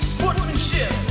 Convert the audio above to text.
Sportsmanship